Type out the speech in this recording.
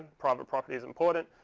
private property is important,